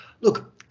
look